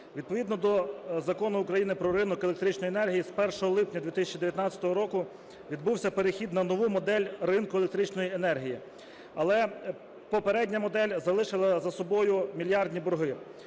Відповідно до Закону України "Про ринок електричної енергії" з 1 липня 2019 року відбувся перехід на нову модель ринку електричної енергії. Але попередня модель залишила за собою мільярдні борги.